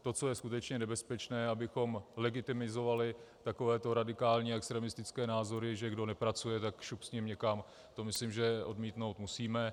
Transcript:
To, co je skutečně nebezpečné, abychom legitimizovali takovéto radikální extremistické názory, že kdo nepracuje, tak šup s ním někam, to myslím, že odmítnout musíme.